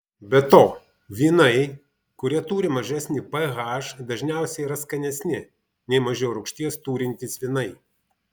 be to vynai kurie turi mažesnį ph dažniausiai yra skanesni nei mažiau rūgšties turintys vynai